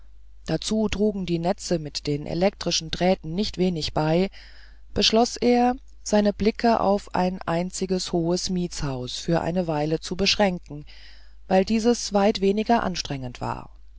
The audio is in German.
dazu trugen die netze mit den elektrischen drähten nicht wenig bei beschloß er seine blicke auf ein einziges hohes mietshaus für eine weile zu beschränken weil dieses weit weniger anstrengend war